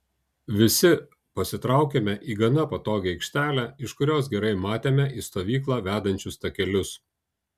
visi pasitraukėme į gana patogią aikštelę iš kurios gerai matėme į stovyklą vedančius takelius